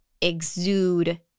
exude